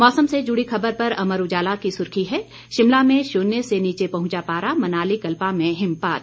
मौसम से जुड़ी खबर पर अमर उजाला की सुर्खी है शिमला में शून्य से नीचे पहुंचा पारा मनाली कल्पा में हिमपात